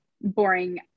boring